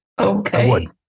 Okay